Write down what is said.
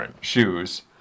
shoes